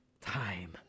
time